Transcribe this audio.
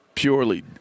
Purely